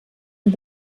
und